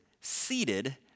seated